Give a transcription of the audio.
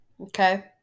okay